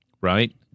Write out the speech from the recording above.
right